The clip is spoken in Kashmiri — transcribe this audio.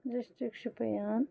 ڈِسٹِرٛک شُپَیان